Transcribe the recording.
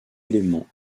éléments